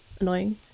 annoying